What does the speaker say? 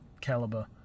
caliber